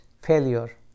failure